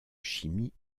chimie